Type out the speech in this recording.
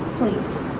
please.